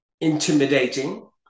intimidating